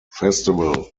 festival